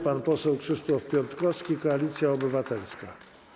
Pan poseł Krzysztof Piątkowski, Koalicja Obywatelska.